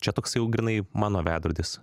čia toks jau grynai mano veidrodis